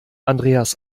andreas